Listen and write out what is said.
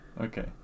okay